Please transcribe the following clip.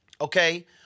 okay